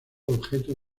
objeto